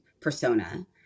persona